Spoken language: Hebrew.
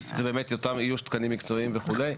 זה באמת אותו נושא של איוש תקנים מקצועיים וכולה,